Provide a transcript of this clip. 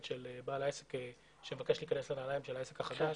של בעל העסק שמבקש להיכנס לנעלי העסק החדש.